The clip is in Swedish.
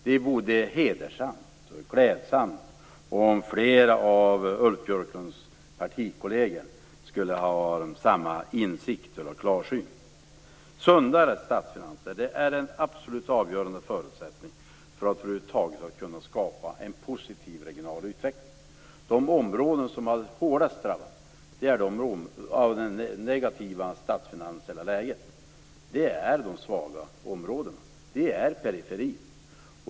Det vore hedersamt och klädsamt om fler av Ulf Björklunds partikolleger hade samma insikt och klarsyn. Sundare statsfinanser är en absolut avgörande förutsättning för att över huvud taget kunna skapa en positiv regional utveckling. De som är hårdast drabbade av det statsfinansiella läget är de svaga områdena, periferin.